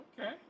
Okay